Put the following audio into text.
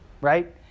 right